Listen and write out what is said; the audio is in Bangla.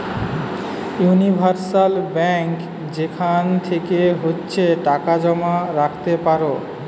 উনিভার্সাল বেঙ্ক যেখান থেকে ইচ্ছে টাকা জমা রাখতে পারো